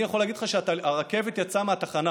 אני יכול להגיד שהרכבת יצאה מהתחנה.